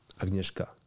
Agnieszka